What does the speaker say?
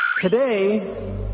Today